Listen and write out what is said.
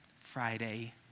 Friday